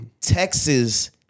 texas